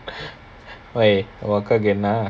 why உன் அக்காக்கு என்ன:un akkakku enna